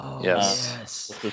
Yes